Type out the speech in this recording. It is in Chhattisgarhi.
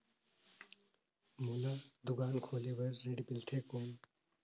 मोला दुकान खोले बार ऋण मिलथे कौन?